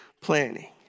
planning